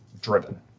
driven